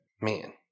man